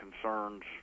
concerns